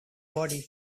body